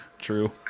true